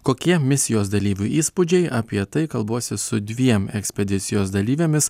kokie misijos dalyvių įspūdžiai apie tai kalbuosi su dviem ekspedicijos dalyvėmis